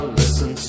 listen